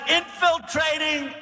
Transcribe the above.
infiltrating